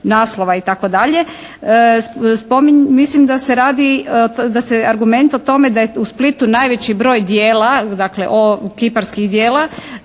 naslova itd. mislim da se radi, argument o tome da je u Splitu najveći broj djela, dakle kiparskih djela